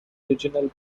original